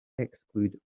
exclude